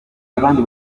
abandi